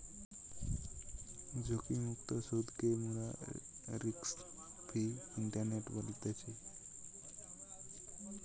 ঝুঁকিমুক্ত সুদকে মোরা রিস্ক ফ্রি ইন্টারেস্ট বলতেছি